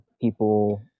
people